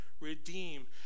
redeem